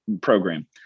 program